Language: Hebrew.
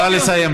נא לסיים.